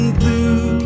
blue